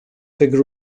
fig